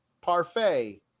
parfait